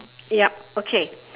yup okay